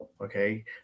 Okay